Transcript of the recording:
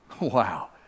Wow